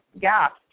gaps